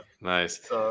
Nice